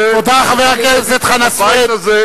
תודה, חבר הכנסת חנא סוייד.